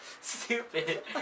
Stupid